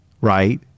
right